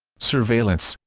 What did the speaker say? surveillance,